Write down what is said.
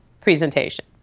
presentation